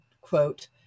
quote